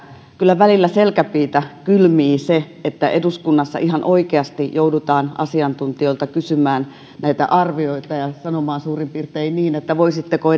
kyllä välillä selkäpiitä kylmii se että eduskunnassa ihan oikeasti joudutaan asiantuntijoilta kysymään arvioita ja sanomaan suurin piirtein niin että voisitteko